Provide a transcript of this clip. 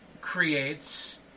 creates